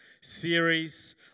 series